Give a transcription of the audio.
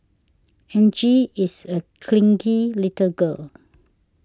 Angie is a clingy little girl